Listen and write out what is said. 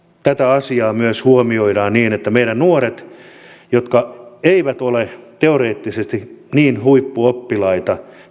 tätä asiaa myös huomioidaan niin että meidän nuorille jotka eivät ole teoreettisesti niin huippuoppilaita